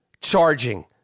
charging